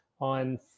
on